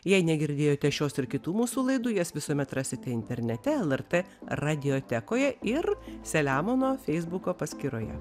jei negirdėjote šios ir kitų mūsų laidų jas visuomet rasite internete lrt radiotekoje ir selemono feisbuko paskyroje